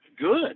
good